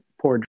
poor